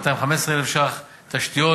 215 מיליון ש"ח בתשתיות,